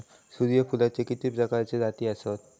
सूर्यफूलाचे किती प्रकारचे जाती आसत?